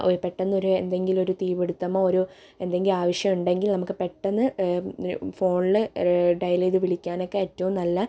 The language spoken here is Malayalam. പെട്ടെന്നൊരു എന്തെങ്കിലുമൊരു തീ പിടുത്തമോ ഒരു എന്തെങ്കിലും ആവശ്യമുണ്ടെങ്കിൽ നമുക്ക് പെട്ടെന്ന് ഫോണിൽ ഡയൽ ചെയ്ത് വിളിക്കാനൊക്കെ ഏറ്റോം നല്ല